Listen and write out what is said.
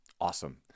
Awesome